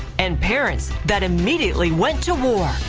and parents that immediately went to war.